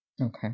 Okay